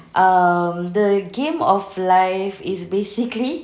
um the game of life is basically